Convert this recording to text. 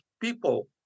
people